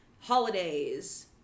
holidays